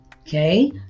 Okay